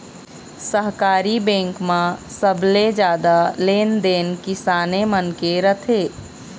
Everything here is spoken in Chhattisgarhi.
सहकारी बेंक म सबले जादा लेन देन किसाने मन के रथे